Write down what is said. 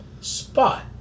spot